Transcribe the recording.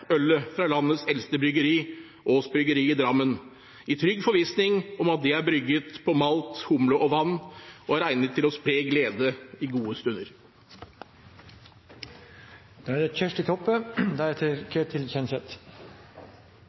fra landets eldste bryggeri, Aass Bryggeri i Drammen, i trygg forvissning om at det er brygget på malt, humle og vann og er egnet til å spre glede i gode stunder. Dette er absolutt ei sak med politiske skiljeliner. Det